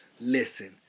Listen